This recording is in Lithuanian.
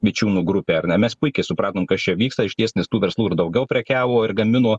vičiūnų grupę ar ne mes puikiai supratom kas čia vyksta išties nes tų verslų ir daugiau prekiavo ir gamino